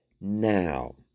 now